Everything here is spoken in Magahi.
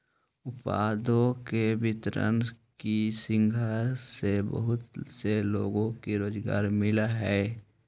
उत्पादों के वितरण की श्रृंखला से बहुत से लोगों को रोजगार मिलअ हई